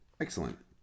excellent